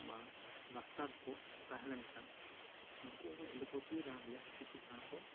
ᱵᱟᱝ ᱰᱟᱠᱛᱟᱨ ᱠᱚ ᱛᱟᱦᱮᱸ ᱞᱮᱱ ᱠᱷᱟᱱ ᱩᱱᱠᱩ ᱦᱚᱸ ᱮᱞᱳᱯᱟᱛᱤ ᱨᱟᱱ ᱨᱮᱭᱟᱜ ᱪᱤᱠᱤᱥᱟ ᱦᱚᱸ ᱠᱚ